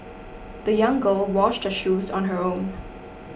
the young girl washed her shoes on her own